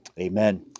amen